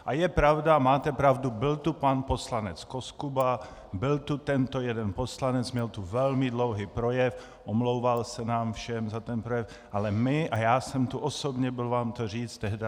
A je pravda, máte pravdu, byl tu pan poslanec Koskuba, byl tu tento jeden poslanec, měl tu velmi dlouhý projev, omlouval se nám všem za ten projev, ale my a já jsem tu osobně byl vám to říct.